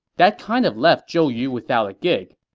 that kind of left zhou yu without a gig.